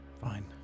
fine